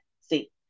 See